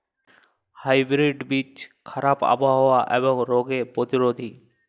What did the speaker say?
hybrid বীজ খারাপ আবহাওয়া এবং রোগে প্রতিরোধী